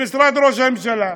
במשרד ראש הממשלה.